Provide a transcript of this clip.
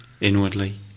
inwardly